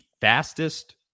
fastest